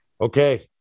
Okay